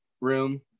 room